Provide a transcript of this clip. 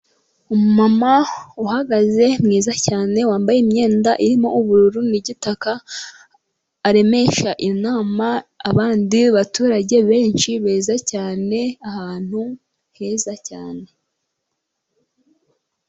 Umumama uhagaze mwiza cyane, wambaye imyenda irimo ubururu n'igitaka, aremesha inama abandi baturage benshi beza cyane, ahantu heza cyane.